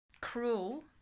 Cruel